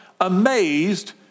amazed